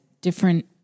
different